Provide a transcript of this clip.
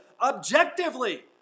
Objectively